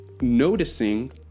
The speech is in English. noticing